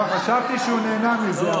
לא, חשבתי שהוא נהנה מזה.